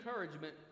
encouragement